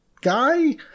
guy